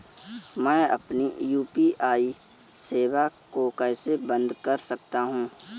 मैं अपनी यू.पी.आई सेवा को कैसे बंद कर सकता हूँ?